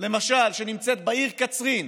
שנמצאת למשל בעיר קצרין,